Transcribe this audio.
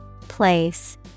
Place